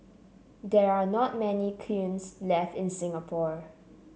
there are not many kilns left in Singapore